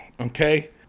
okay